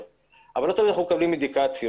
אבל לא תמיד אנחנו מקבלים אינדיקציה.